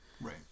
right